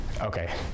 okay